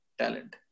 talent